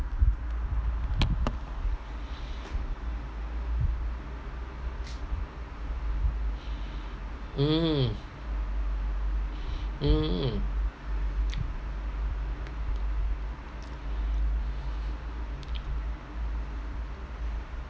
mm mm